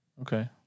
Okay